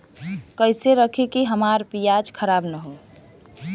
कइसे रखी कि हमार प्याज खराब न हो?